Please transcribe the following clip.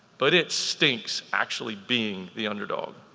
but it stinks actually being the underdog.